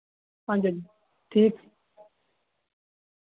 हांजी हांजी ठीक